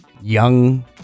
young